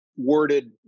worded